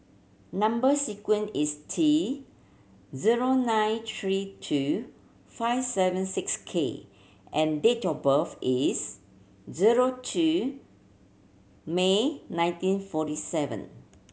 number sequence is T zero nine three two five seven six K and date of birth is zero two May nineteen forty seven